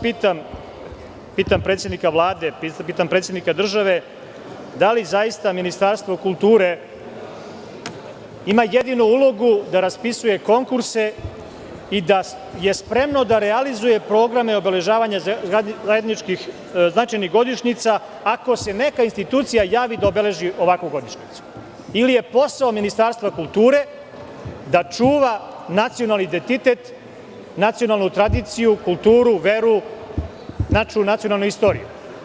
Pitam predsednika Vlade i pitam predsednika države - da li zaista Ministarstvo kulture ima jedino ulogu da raspisuje konkurse i da je spremno da realizuje programe obeležavanja značajnih godišnjica ako se neka institucija javi da obeleži ovakvu godišnjicu ili je posao Ministarstva kulture da čuva nacionalni identitet, nacionalnu tradiciju, kulturu, veru i našu nacionalnu istoriju?